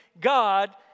God